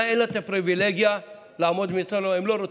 למדינה אין פריבילגיה לעמוד ולומר: הם לא רוצים,